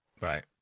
Right